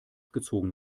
gezogen